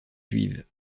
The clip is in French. juive